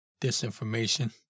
disinformation